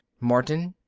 martin,